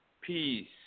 peace